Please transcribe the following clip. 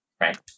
right